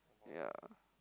ya